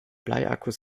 bleiakkus